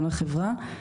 גם לחברה,